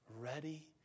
ready